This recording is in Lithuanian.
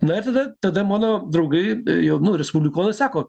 na ir tada tada mano draugai jau nu respublikonai sako